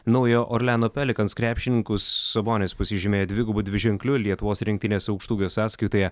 naujojo orleano pelikans krepšininkus sabonis pasižymėjo dvigubu dviženkliu lietuvos rinktinės aukštaūgio sąskaitoje